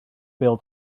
bêl